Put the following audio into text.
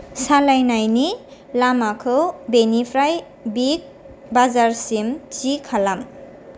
सालायनायनि लामाखौ बेनिफ्राय बिग बाजारसिम थि खालाम